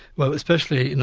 well especially you know,